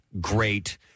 great